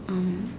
um